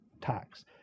tax